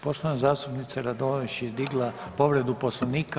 Poštovana zastupnica Radolović je digla povredu Poslovnika.